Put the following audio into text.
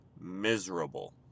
miserable